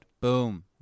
Boom